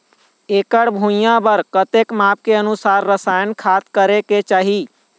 एकड़ भुइयां बार कतेक माप के अनुसार रसायन खाद करें के चाही?